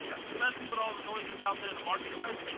especially with all the noise that's out there in the marketplace,